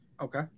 Okay